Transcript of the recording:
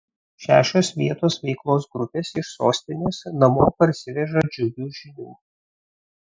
šešios vietos veiklos grupės iš sostinės namo parsiveža džiugių žinių